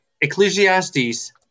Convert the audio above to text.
Ecclesiastes